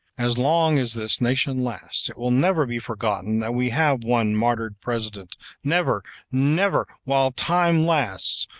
as long as this nation lasts, it will never be forgotten that we have one martyred president never! never, while time lasts,